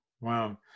wow